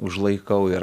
užlaikau ir